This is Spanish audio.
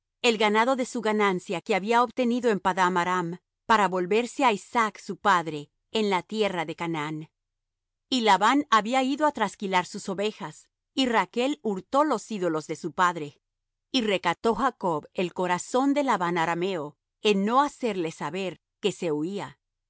el ganado de su ganancia que había obtenido en padan aram para volverse á isaac su padre en la tierra de canaán y labán había ido á trasquilar sus ovejas y rachl hurtó los ídolos de su padre y recató jacob el corazón de labán arameo en no hacerle saber que se huía